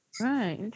Right